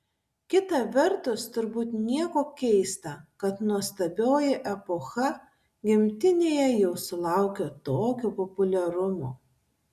kita vertus turbūt nieko keista kad nuostabioji epocha gimtinėje jau sulaukė tokio populiarumo